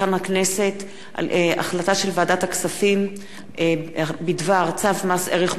החלטת ועדת הכספים בדבר צו מס ערך מוסף (שיעור